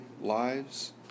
lives